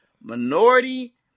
minority